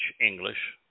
English